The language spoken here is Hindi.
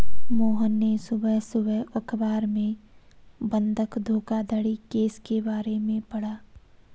मोहन ने सुबह सुबह अखबार में बंधक धोखाधड़ी केस के बारे में पढ़ा